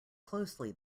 closely